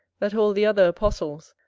that all the other apostles,